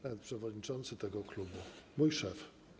Pan przewodniczący tego klubu, mój szef.